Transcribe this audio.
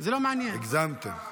הגזמתם.